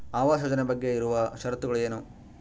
ಆವಾಸ್ ಯೋಜನೆ ಬಗ್ಗೆ ಇರುವ ಶರತ್ತುಗಳು ಏನು?